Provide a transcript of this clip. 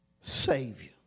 Savior